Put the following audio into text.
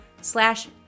slash